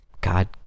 God